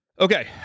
Okay